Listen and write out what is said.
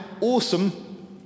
awesome